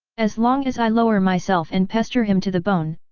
as long as i lower myself and pester him to the bone,